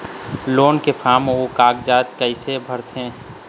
Loan के form अऊ कागजात कइसे भरथें?